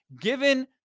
given